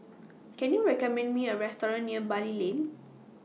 Can YOU recommend Me A Restaurant near Bali Lane